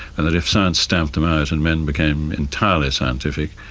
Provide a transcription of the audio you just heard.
and that if science stamped them out and men became entirely scientific,